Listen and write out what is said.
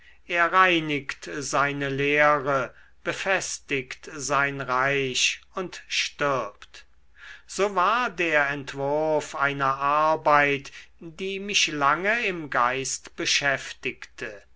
er reinigt seine lehre befestigt sein reich und stirbt so war der entwurf einer arbeit die mich lange im geist beschäftigte